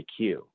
IQ